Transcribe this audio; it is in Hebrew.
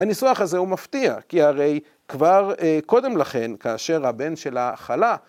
הניסוח הזה הוא מפתיע כי הרי כבר קודם לכן כאשר הבן שלה חלה